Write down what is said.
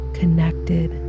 connected